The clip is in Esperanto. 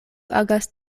agas